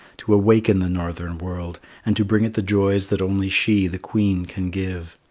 to awaken the northern world, and to bring it the joys that only she, the queen, can give.